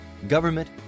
Government